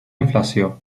inflació